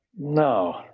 no